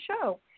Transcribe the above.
show